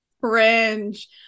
Fringe